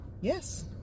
Yes